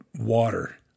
water